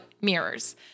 mirrors